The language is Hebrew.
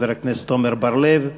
חבר הכנסת עמר בר-לב,